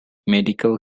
medical